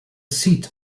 seat